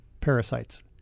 parasites